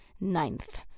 Ninth